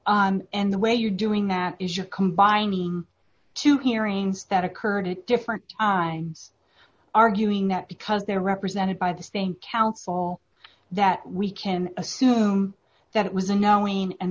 here and the way you're doing that is you're combining two hearings that occurred at different times arguing that because they're represented by the same counsel that we can assume that it was a knowing and